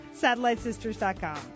SatelliteSisters.com